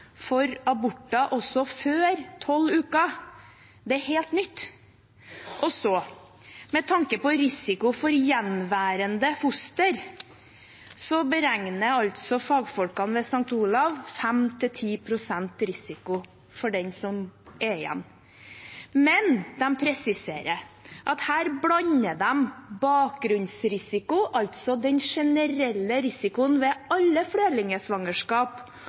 for aborter også før uke 12. Det er helt nytt. Og så: Med tanke på risiko for gjenværende foster beregner fagfolkene ved St. Olavs 5–10 pst. risiko for dem som er igjen. Men de presiserer at her blander de bakgrunnsrisiko, altså den generelle risikoen ved alle